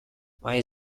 vai